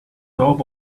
top